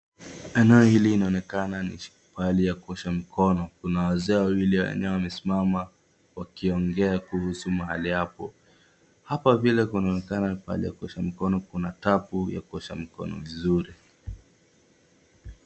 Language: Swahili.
Eneno hili inaonekana ni pahali ya kuosha mkono, kuna wazee wawili wenye wamesimama wakiongea kuhusu mahali hapo. Hapa vile kunaonekana mahali pa kuosha mkono kuna tapu ya kuosha mkono vizuri.